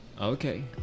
Okay